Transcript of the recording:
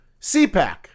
CPAC